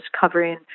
covering